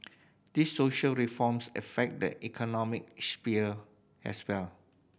these social reforms affect the economic sphere as well